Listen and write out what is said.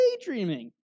daydreaming